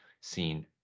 seen